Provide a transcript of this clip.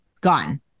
gone